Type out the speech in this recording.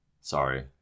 Sorry